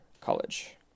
college